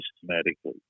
systematically